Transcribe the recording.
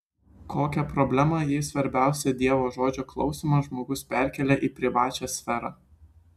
kokia problema jei svarbiausią dievo žodžio klausymą žmogus perkelia į privačią sferą